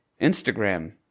Instagram